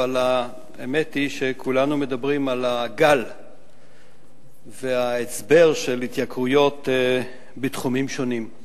אבל האמת היא שכולנו מדברים על הגל וההצבר של התייקרויות בתחומים שונים.